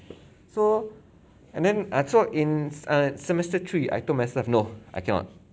so and then I saw in err semester three I told myself no I cannot